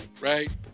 Right